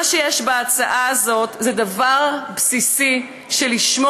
מה שיש בהצעה הזאת הוא דבר בסיסי שלשמו